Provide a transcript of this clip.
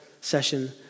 session